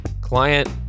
Client